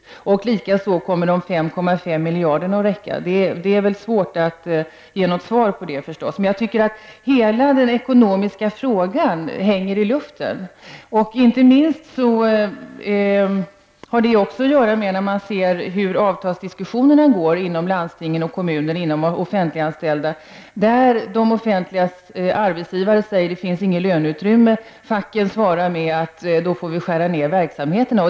Kommer för det andra de 5,5 miljarderna att räcka? Jag förstår att det är svårt att i dag ge ett svar på den frågan. Jag tycker emellertid att hela frågan om ekonomin hänger i luften. Detta hänger inte minst samman med avtalsdiskussionerna inom landsting och kommuner och bland de offentliganställda. De offentliga arbetsgivarna säger att det inte finns något utrymme, och då svarar facken med att man i så fall får skära ned på verksamheten.